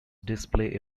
display